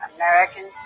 American